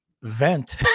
vent